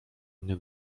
mnie